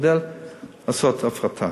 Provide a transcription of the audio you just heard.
אשתדל לעשות הפרטה.